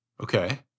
Okay